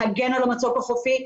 להגן על המצוק החופי,